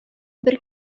бер